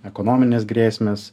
ekonominės grėsmės